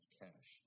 cash